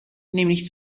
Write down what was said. nämlich